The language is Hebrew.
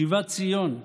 שיבת ציון,